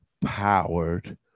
powered